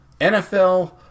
NFL